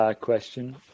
question